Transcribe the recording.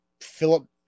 Philip